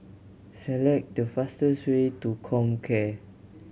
select the fastest way to Comcare